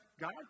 God